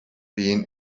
been